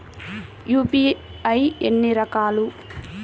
UPI ఎన్ని రకాలు?